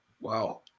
Wow